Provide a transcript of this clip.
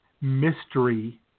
mystery